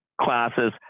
classes